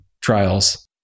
trials